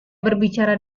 berbicara